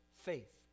faith